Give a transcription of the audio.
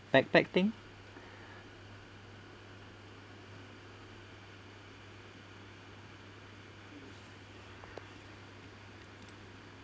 backpack thing